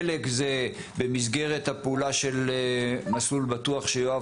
חלק זה במסגרת הפעולה של "מסלול בטוח" שיואב